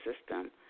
system